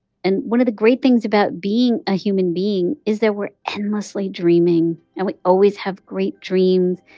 and one of the great things about being a human being is that we're endlessly dreaming and we always have great dreams.